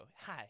Hi